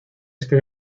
este